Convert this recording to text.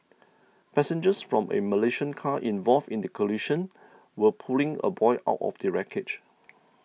passengers from a Malaysian car involved in the collision were pulling a boy out of the wreckage